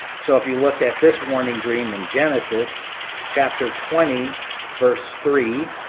so if you look at this warning dream in genesis chapter twenty verse three.